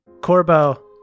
Corbo